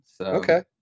Okay